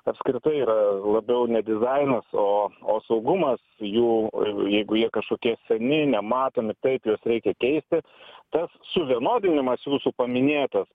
apskritai yra labiau ne dizainas o o saugumas jų jeigu jie kažkokie seni nematomi taip juos reikia keisti tas suvienodinimas jūsų paminėtas